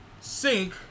Sink